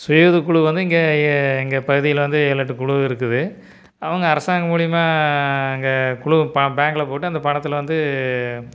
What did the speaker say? சுய உதவிக்குழு வந்து இங்கே எங்கள் பகுதியில் வந்து ஏழு எட்டுக் குழு இருக்குது அவங்க அரசாங்கம் மூலயமா இங்கே குழு ப பேங்க்கில் போட்டு அந்த பணத்தில் வந்து